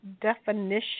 definition